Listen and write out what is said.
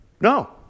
no